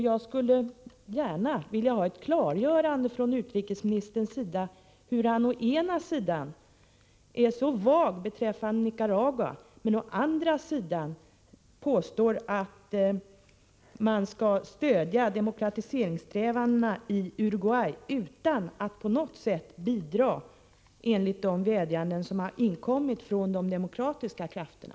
Jag skulle gärna vilja ha ett klarläggande från utrikesministern varför han å ena sidan är så vag beträffande Nicaragua men å andra sidan påstår att man skall stödja demokratiseringssträvandena i Uruguay utan att på något sätt bidra enligt de vädjanden som har inkommit från de demokratiska krafterna.